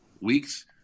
weeks